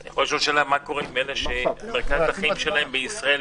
אני יכול לשאול מה קורה עם אלה שמרכז החיים שלהם בישראל?